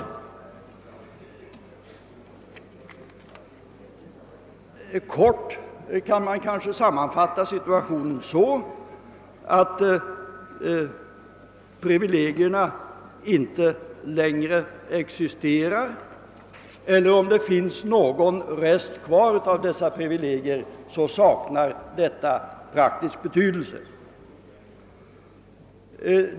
Kortfattat kan man kanske sammanfatta situationen så, att privilegierna inte längre existerar; om det finns någon rest kvar av dessa privilegier, så saknar den praktisk betydelse.